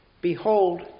Behold